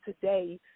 today